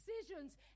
decisions